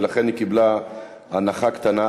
ולכן היא קיבלה הנחה קטנה.